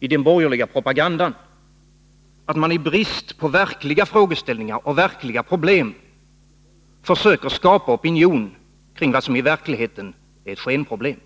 i den borgerliga propagandan att i brist på verkliga frågor och problem försöka skapa opinion kring vad som i verkligheten är ett skenproblem.